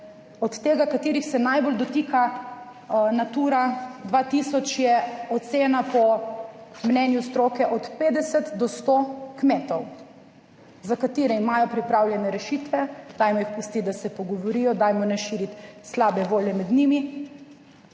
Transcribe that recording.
Od tega katerih se najbolj dotika Natura 2000 je ocena po mnenju stroke od 50 do 100 kmetov, za katere imajo pripravljene rešitve. Dajmo jih pustiti, da se pogovorijo, dajmo ne širiti slabe volje med njimi.